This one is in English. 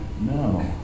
no